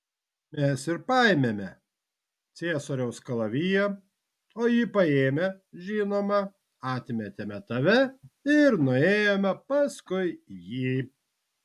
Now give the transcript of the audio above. mes ir paėmėme ciesoriaus kalaviją o jį paėmę žinoma atmetėme tave ir nuėjome paskui jį